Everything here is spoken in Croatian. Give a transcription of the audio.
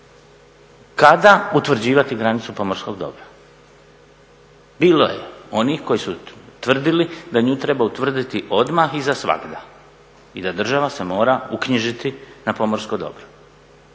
Kada utvrđivati granicu pomorskog dobra? Bilo je onih koji su tvrdili da nju treba utvrditi odmah i za svagda i da država se mora uknjižiti na pomorsko dobro,